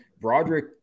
Broderick